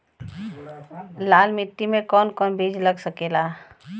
लाल मिट्टी में कौन कौन बीज लग सकेला?